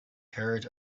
heard